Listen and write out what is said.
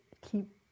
keep